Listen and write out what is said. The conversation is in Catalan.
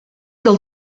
del